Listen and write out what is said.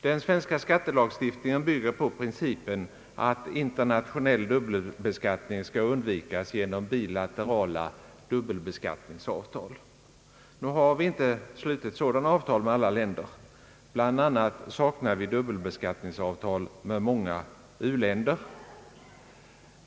Den svenska skattelagstiftningen bygger på principen att internationell dubbelbeskattning skall undvikas genom bilaterala dubbelbeskattningsavtal. Nu har vi inte slutit sådana avtal med alla länder. Bland annat saknar vi dubbelbeskattningsavtal med många u-länder.